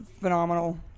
phenomenal